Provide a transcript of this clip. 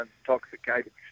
intoxicated